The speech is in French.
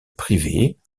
privée